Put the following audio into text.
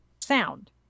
sound